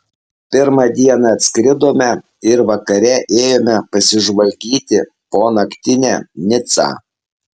pirmą dieną atskridome ir vakare ėjome pasižvalgyti po naktinę nicą